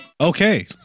Okay